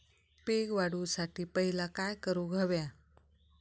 पीक वाढवुसाठी पहिला काय करूक हव्या?